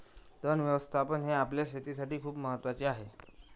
तण व्यवस्थापन हे आपल्या शेतीसाठी खूप महत्वाचे आहे